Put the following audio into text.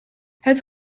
het